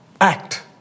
act